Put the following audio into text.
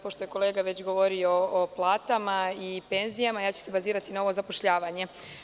Pošto je kolega već govorio o platama i penzijama, baziraću se na zapošljavanje.